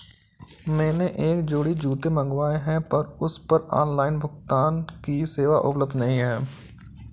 मैंने एक जोड़ी जूते मँगवाये हैं पर उस पर ऑनलाइन भुगतान की सेवा उपलब्ध नहीं है